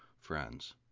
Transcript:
friends